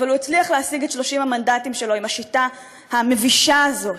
אבל הוא הצליח להשיג את 30 המנדטים שלו עם השיטה המבישה הזאת.